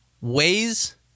ways